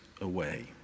away